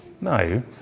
No